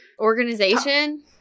organization-